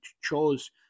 chose